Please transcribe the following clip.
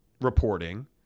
reporting